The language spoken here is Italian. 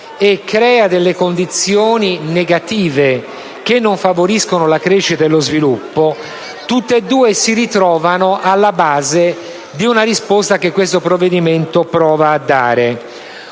e crea delle condizioni negative che non favoriscono la crescita e lo sviluppo si ritrovano entrambe alla base di una risposta che questo provvedimento prova a dare.